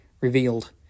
revealed